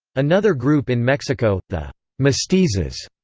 another group in mexico, the mestizos,